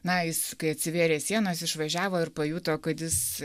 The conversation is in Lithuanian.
na jis kai atsivėrė sienos išvažiavo ir pajuto kad jis